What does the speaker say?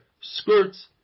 skirts